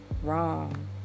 Wrong